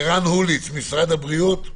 ערן הוליס, משרד החינוך.